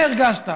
מה הרגשת?